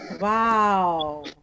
wow